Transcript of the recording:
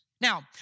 Now